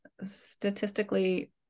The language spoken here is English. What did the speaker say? statistically